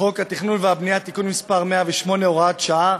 חוק התכנון והבנייה (תיקון מס' 108, הוראת שעה)